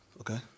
Okay